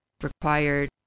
required